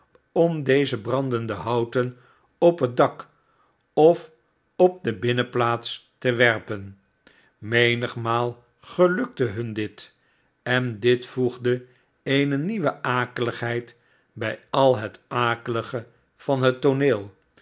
om deze brandende houten op het dak of op de binnenplaatsen te werpen menigmaal gelukte hun dit en dit voegde eene nieuwe akeligheid bij al net akehge van het tooneel